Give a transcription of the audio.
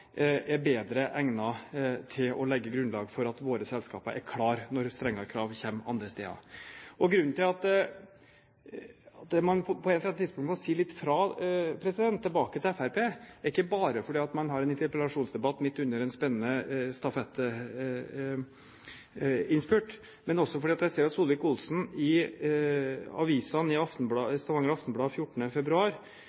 er bedre egnet til å legge grunnlag for at våre selskaper er klare når det kommer strengere krav andre steder. Det at man på et eller annet tidspunkt må si litt ifra – tilbake til Fremskrittspartiet – er ikke bare fordi man har en interpellasjonsdebatt midt under en spennende sprintinnspurt, men også fordi jeg ser at Solvik-Olsen, i Stavanger Aftenblad